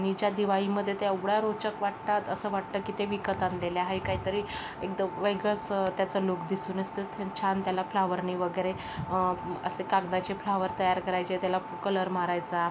निच्या दिवाळीमध्ये तर एवढ्या रोचक वाटतात असं वाटतं की ते विकत आणलेल्या आहे काहीतरी एकदम वेगळंच त्याचं लूक दिसून असतो ते छान त्याला फ्लॉवरनी वगैरे असे कागदाचे फ्लॉवर तयार करायचे त्याला कलर मारायचा